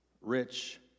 Rich